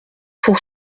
pour